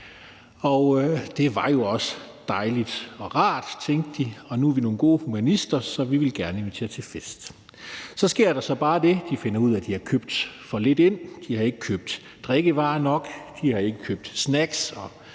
Det er jo også dejligt og rart, tænkte de, og nu er vi nogle gode humanister, så vi vil gerne invitere til fest. Så sker der så bare det, at de finder ud af, at de har købt for lidt ind. De har ikke købt drikkevarer nok, de har ikke købt snacks